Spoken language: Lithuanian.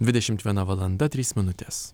dvidešimt viena valanda trys minutės